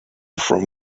from